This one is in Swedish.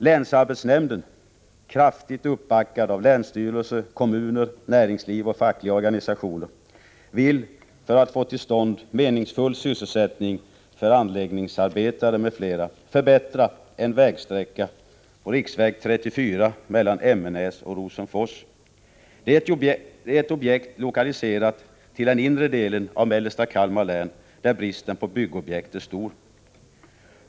Länsarbetsnämnden, kraftigt uppbackad av länsstyrelse, kommuner, näringsliv och fackliga organisationer, vill för att få till stånd meningsfull sysselsättning för anläggningsarbetare m.fl. förbättra en vägsträcka — riksväg 34 mellan Emmenäs och Rosenfors. Det är ett objekt lokaliserat till den inre delen av mellersta Kalmar län, där bristen på byggobjekt är stor.